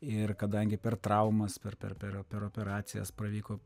ir kadangi per traumas per per per oper operacijas pavyko